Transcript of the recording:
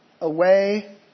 away